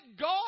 God